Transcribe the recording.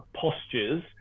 postures